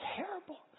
terrible